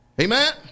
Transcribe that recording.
Amen